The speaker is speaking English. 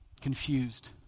confused